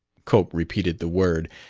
cope repeated the word,